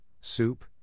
soup